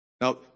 Now